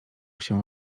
się